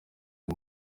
aya